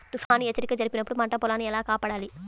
తుఫాను హెచ్చరిక జరిపినప్పుడు పంట పొలాన్ని ఎలా కాపాడాలి?